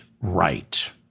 right